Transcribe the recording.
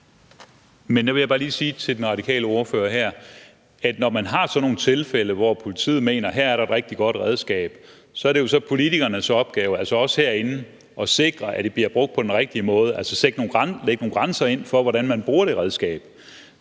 Men der vil jeg bare lige sige til den radikale ordfører her, at når man har sådan nogle tilfælde, hvor politiet mener, at der her er et rigtig godt redskab, er det jo så politikernes opgave, altså os herinde, at sikre, at det bliver brugt på den rigtige måde, og altså lægge nogle grænser ind for, hvordan man bruger det redskab.